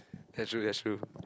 that's true that's true